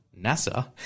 NASA